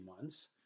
months